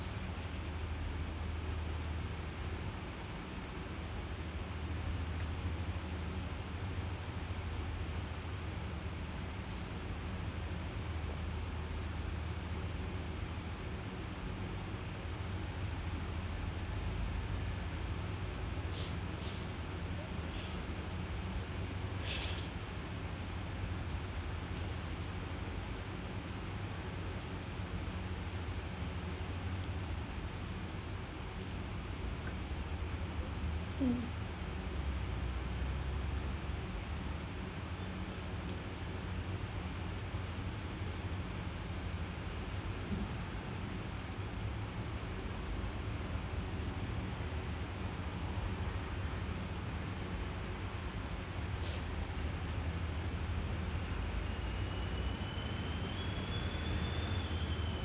mm